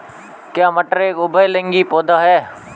क्या मटर एक उभयलिंगी पौधा है?